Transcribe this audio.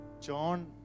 John